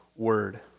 Word